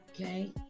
Okay